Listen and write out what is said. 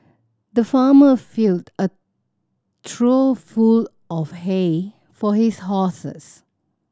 the farmer filled a trough full of hay for his horses